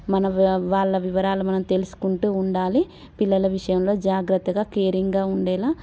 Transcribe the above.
మన వాళ్ళ వివరాలను మనం తెలుసుకుంటూ ఉండాలి పిల్లల విషయంలో జాగ్రత్తగా కేరింగ్గా ఉండేలా